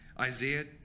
Isaiah